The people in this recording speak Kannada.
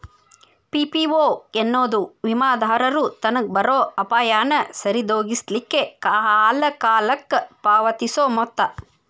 ಪಿ.ಪಿ.ಓ ಎನ್ನೊದು ವಿಮಾದಾರರು ತನಗ್ ಬರೊ ಅಪಾಯಾನ ಸರಿದೋಗಿಸ್ಲಿಕ್ಕೆ ಕಾಲಕಾಲಕ್ಕ ಪಾವತಿಸೊ ಮೊತ್ತ